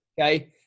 Okay